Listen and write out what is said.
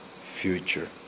future